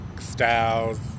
styles